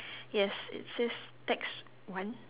yes it says tax one